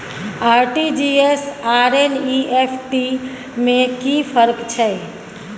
RTG S आर NEFT में कि फर्क छै?